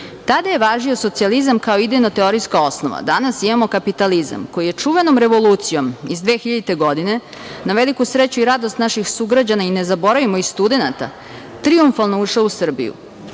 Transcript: Tada je važio socijalizam kao idejno teorijska osnova. Danas imamo kapitalizam koji je čuvenom revolucijom iz 2000. godine, na veliku sreću i radost naših sugrađana, i ne zaboravimo i studenata, trijumfalno ušao u Srbiju.